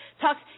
Talks